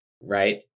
Right